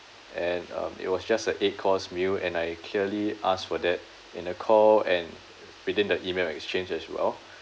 and um it was just a eight course meal and I clearly asked for that in the call and within the email exchange as well